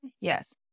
Yes